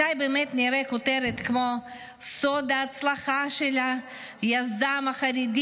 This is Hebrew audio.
מתי באמת נראה כותרת כמו: "סוד ההצלחה של היזם החרדי,